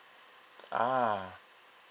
ah